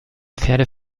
pferde